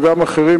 וגם אחרים,